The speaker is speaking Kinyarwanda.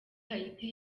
haiti